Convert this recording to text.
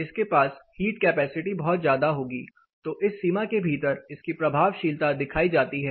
इसके पास heat capacity बहुत ज्यादा होगी तो इस सीमा के भीतर इसकी प्रभावशीलता दिखाई जाती है